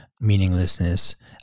meaninglessness